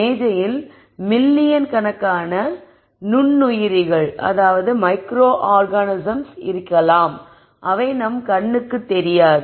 மேஜையில் மில்லியன் கணக்கான குழு நுண்ணுயிரிகள் இருக்கலாம் அவை நமக்கு கண்ணுக்குத் தெரியாது